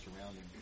surrounding